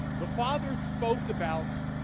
the father spoke about